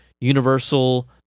Universal